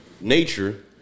nature